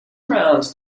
around